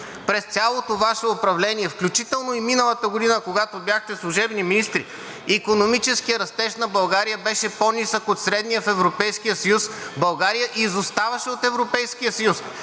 През цялото Ваше управление, включително и миналата година, когато бяхте служебни министри, икономическият растеж на България беше по-нисък от средния в Европейския съюз, България изоставаше от Европейския съюз.